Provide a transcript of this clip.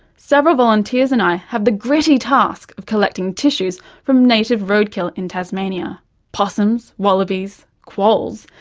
several volunteers and i have the gritty task of collecting tissues from native roadkill in tasmania possums, wallabies, quolls,